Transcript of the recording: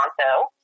Toronto